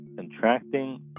contracting